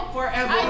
Forever